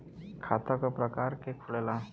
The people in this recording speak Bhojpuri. खाता क प्रकार के खुलेला?